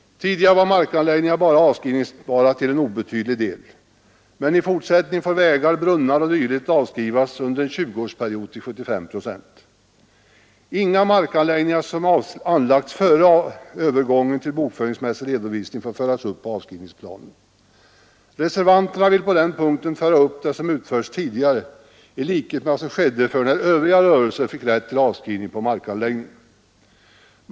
Tidigare var markanläggningar avskrivningsbara endast till en obetydlig del, men i fortsättningen får vägar, brunnar o. d. avskrivas under en 20-årsperiod till 75 procent. Inga markanläggningar som tillkommit före övergången till bokföringsmässig redovisning får föras upp på avskrivningsplanen. Reservanterna vill på den punkten föra upp det som utförts tidigare i likhet med vad som skedde när övriga rörelser fick rätt till avskrivning av markanläggning.